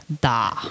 Da